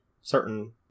certain